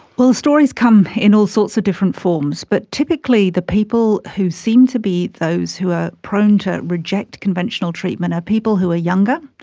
well, stories come in all sorts of different forms, but typically the people who seem to be those who are prone to reject conventional treatment are people who are younger,